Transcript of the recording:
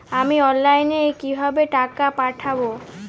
আমি অনলাইনে কিভাবে টাকা পাঠাব?